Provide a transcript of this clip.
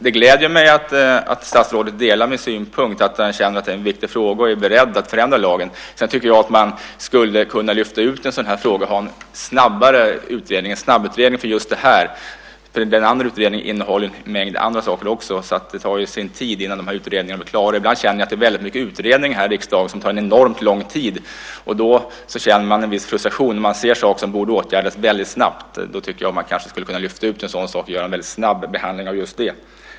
Det gläder mig att statsrådet delar min syn på detta och känner att det är en viktig fråga och är beredd att förändra lagen. Sedan tycker jag att man skulle kunna lyfta ut en sådan här fråga och snabbutreda just detta. Den andra utredningen innehåller nämligen en mängd andra saker också. Så det tar sin tid innan dessa utredningar blir klara. Ibland tycker jag att det är väldigt många utredningar i den här riksdagen som tar en enormt lång tid. Då känner man en viss frustration när man ser saker som borde åtgärdas väldigt snabbt. Då tycker jag att man kanske skulle kunna lyfta ut en del för att göra en väldigt snabb behandling av just den.